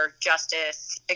justice